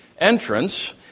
entrance